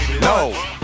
No